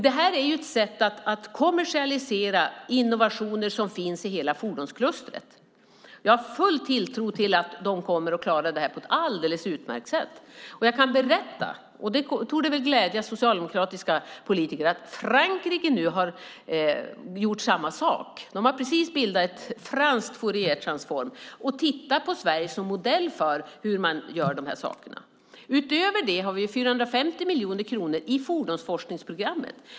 Det är ett sätt att kommersialisera innovationer som finns inom hela fordonsklustret. Jag har full tilltro till att de kommer att klara av det på ett alldeles utmärkt sätt. Jag kan berätta - och det torde glädja socialdemokratiska politiker - att Frankrike nu gjort samma sak. De har precis bildat ett franskt Fouriertransform, och de har tittat på Sverige som modell för hur detta görs. Dessutom har vi 450 miljoner kronor i fordonsforskningsprogrammet.